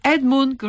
Edmund